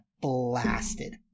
blasted